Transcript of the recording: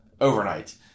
overnight